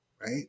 right